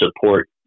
support